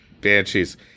banshees